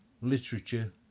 literature